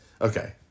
Okay